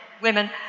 women